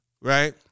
right